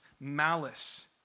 malice